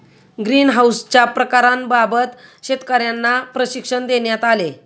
ग्रीनहाउसच्या प्रकारांबाबत शेतकर्यांना प्रशिक्षण देण्यात आले